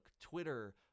Twitter